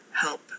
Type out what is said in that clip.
help